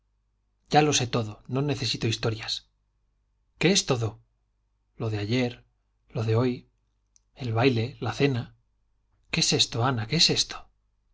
ya lo sé todo no necesito historias qué es todo lo de ayer lo de hoy el baile la cena qué es esto ana qué es esto